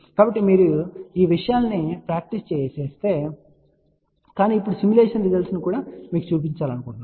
కాబట్టి మీరు ఈ విషయాలను ప్రాక్టీస్ చేయవచ్చు కాని ఇప్పుడు సిమ్యులేషన్ రిజల్ట్స్ ను కూడా మీకు చూపించాలనుకుంటున్నాను